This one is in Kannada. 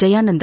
ಜಯಾನಂದ